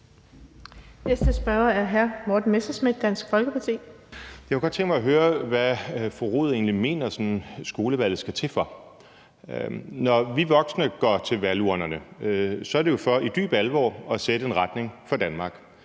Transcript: Folkeparti. Kl. 11:05 Morten Messerschmidt (DF): Jeg kunne godt tænke mig at høre, hvad fru Lotte Rod egentlig mener skolevalget skal til for. Når vi voksne går til valgurnerne, er det jo for i dyb alvor at sætte en retning for Danmark.